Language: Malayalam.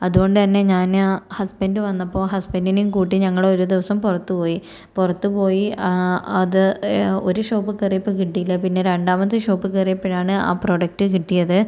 അതുകൊണ്ട് തന്നെ ഞാൻ ഹസ്ബൻഡ് വന്നപ്പോൾ ഹസ്ബന്റിനെയും കൂട്ടി ഞങ്ങൾ ഒരു ദിവസം പുറത്തു പോയി പുറത്തു പോയി അത് ഒരു ഷോപ്പ് കയറിയപ്പോൾ കിട്ടിയില്ല പിന്നെ രണ്ടാമത്തെ ഷോപ്പിൽ കയറിയപ്പോഴാണ് ആ പ്രോഡക്റ്റ് കിട്ടിയത്